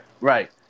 right